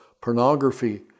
pornography